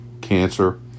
cancer